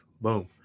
Boom